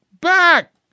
Back